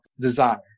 desire